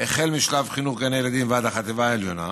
החל משלב חינוך גני ילדים ועד החטיבה העליונה.